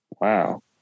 Wow